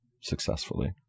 successfully